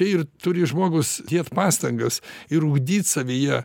ir turi žmogus dėt pastangas ir ugdyt savyje